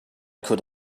could